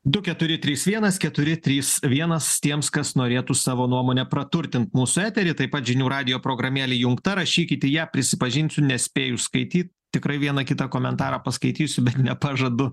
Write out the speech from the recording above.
du keturi trys vienas keturi trys vienas tiems kas norėtų savo nuomone praturtin mūsų eterį taip pat žinių radijo programėlė įjungta rašykit į ją prisipažinsiu nespėju skaity tikrai vieną kitą komentarą paskaitysiu bet nepažadu